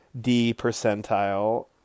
D-percentile